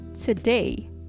today